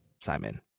Simon